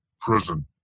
prison